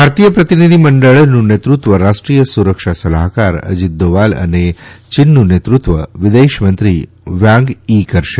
ભારતીય પ્રતિનિધિમંડળનું નેતૃત્વ રાષ્ટ્રીય સુરક્ષા સલાહકાર અજીત ડોભાલ અને ચીનનું નેતૃત્વ વિદેશમંત્રી વાંગ થી કરશે